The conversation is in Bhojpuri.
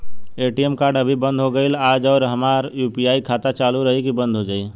ए.टी.एम कार्ड अभी बंद हो गईल आज और हमार यू.पी.आई खाता चालू रही की बन्द हो जाई?